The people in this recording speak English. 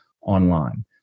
online